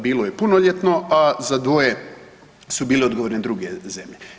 Bilo je punoljetno, a za dvoje su bile odgovorne druge zemlje.